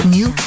New